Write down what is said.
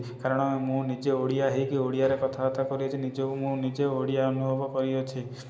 କାରଣ ମୁଁ ନିଜେ ଓଡ଼ିଆ ହେଇକି ଓଡ଼ିଆରେ କଥାବାର୍ତ୍ତା କରିକି ନିଜକୁ ମୁଁ ନିଜେ ଓଡ଼ିଆ ଅନୁଭବ କରିଅଛି